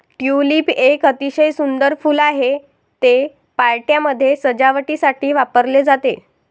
tulip एक अतिशय सुंदर फूल आहे, ते पार्ट्यांमध्ये सजावटीसाठी वापरले जाते